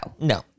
No